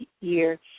year